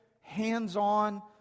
hands-on